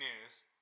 news